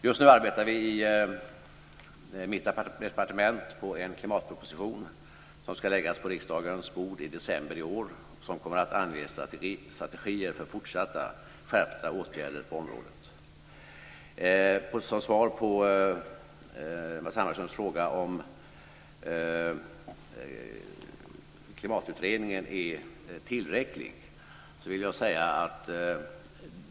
Just nu arbetar vi i mitt departement på en klimatproposition, som ska läggas på riksdagens bord i december i år och som kommer att ange strategier för fortsatta skärpta åtgärder på området. Som svar på Matz Hammarströms fråga om klimatutredningen är tillräcklig vill jag säga följande.